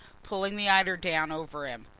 pulling the eiderdown over him.